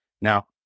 now